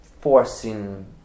forcing